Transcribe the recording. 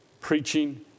preaching